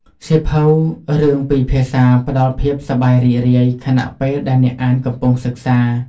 សៀវភៅរឿងពីរភាសាផ្តល់ភាពសប្បាយរីករាយ ខណៈពេលដែលអ្នកអានកំពុងសិក្សា។